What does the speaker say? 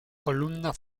columna